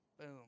Boom